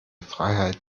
freiheit